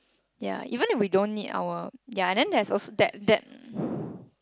ya even if we don't need our ya then there's also that that